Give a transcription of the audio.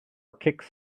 kicks